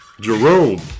Jerome